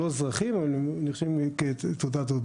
הם לא אזרחים אבל הם נחשבים כתעודת זהות.